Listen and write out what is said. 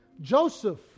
Joseph